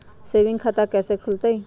Saving खाता कैसे खुलतई?